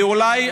ואולי,